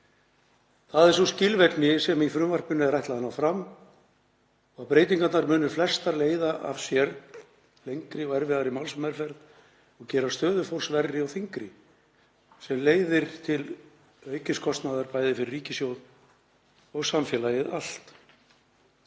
Það er sú skilvirkni sem frumvarpinu er ætlað að ná fram. Breytingarnar munu flestar leiða af sér lengri og erfiðari málsmeðferð og gera stöðu fólks verri og þyngri sem leiðir til aukins kostnaðar, bæði fyrir ríkissjóð og samfélagið allt.